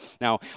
Now